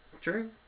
true